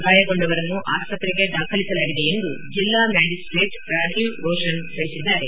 ಗಾಯಗೊಂಡವರನ್ನು ಆಸ್ಪತ್ರೆಗೆ ದಾಖಲಿಸಲಾಗಿದೆ ಎಂದು ಜಿಲ್ಲಾ ಮ್ಯಾಜಿಸ್ಟೇಟ್ ರಾಜೀವ್ ರೋಶನ್ ತಿಳಿಸಿದ್ದಾರೆ